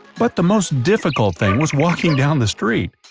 but the most difficult thing was walking down the street.